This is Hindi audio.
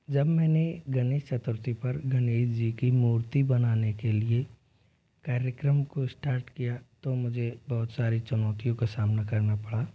जब मैंने गणेश चतुर्थी पर गणेश जी की मूर्ति बनाने के लिए कार्यक्रम को स्टार्ट किया तो मुझे बहुत सारी चुनौतियों का सामना करना पड़ा